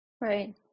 Right